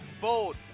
Bold